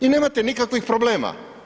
I nemate nikakvih problema.